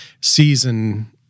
season